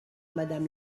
madame